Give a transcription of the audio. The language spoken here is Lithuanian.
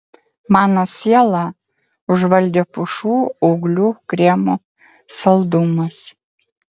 mano sielą užvaldė pušų ūglių kremo saldumas